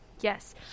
Yes